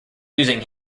using